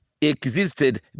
existed